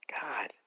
God